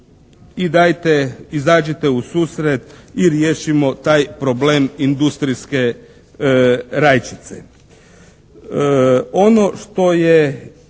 I dajte izađite ususret i riješimo taj problem industrijske rajčice.